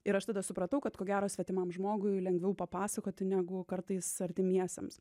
ir aš tada supratau kad ko gero svetimam žmogui lengviau papasakoti negu kartais artimiesiems